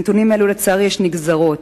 לנתונים אלה יש נגזרות,